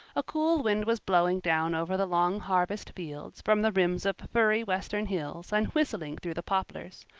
a cool wind was blowing down over the long harvest fields from the rims of firry western hills and whistling through the poplars.